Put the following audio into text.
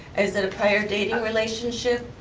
is it a prior dating relationship,